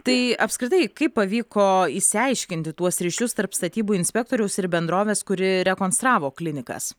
tai apskritai kaip pavyko išsiaiškinti tuos ryšius tarp statybų inspektoriaus ir bendrovės kuri rekonstravo klinikas